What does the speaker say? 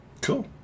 Cool